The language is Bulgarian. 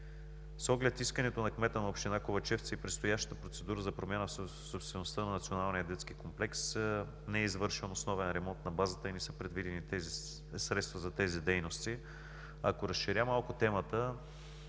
С оглед искането на кмета на община Ковачевци и предстоящата процедура за промяна в собствеността на Националния детски комплекс не е извършен основен ремонт на базата и не са предвидени средства за тези дейности. Ако разширя малко темата,